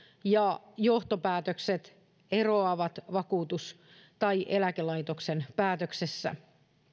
ja johtopäätökset eroavat vakuutus tai eläkelaitoksen päätöksestä